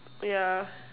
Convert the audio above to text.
yeah